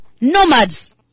nomads